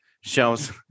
shelves